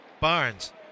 Barnes